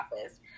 office